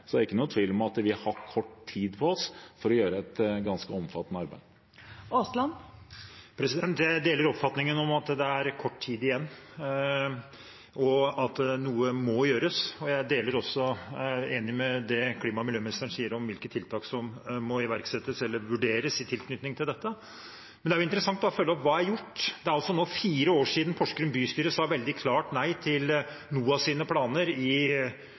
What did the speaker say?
så det er ingen tvil om at vi har kort tid på oss for å gjøre et ganske omfattende arbeid. Jeg deler oppfatningen om at det er kort tid igjen, og at noe må gjøres. Jeg er også enig i det som klima- og miljøministeren sier om hvilke tiltak som må iverksettes eller vurderes i tilknytning til dette. Men det er da interessant å følge opp med å spørre: Hva er gjort? Det er nå fire år siden Porsgrunn bystyre sa veldig klart nei til NOAHs planer for Dalen gruver i